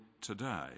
today